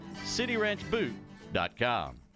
cityranchboot.com